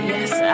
Yes